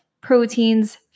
proteins